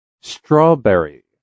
strawberry